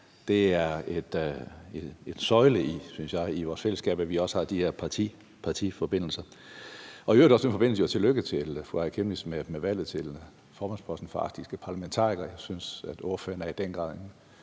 Det er en søjle, synes jeg, i vores fællesskab, at vi også har de her partiforbindelser. Jeg vil i øvrigt også i den forbindelse sige tillykke til fru Aaja Chemnitz med valget til formandsposten for arktiske parlamentarikere. Jeg synes, at ordføreren i den grad